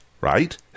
right